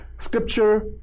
Scripture